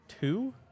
Two